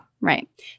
Right